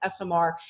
SMR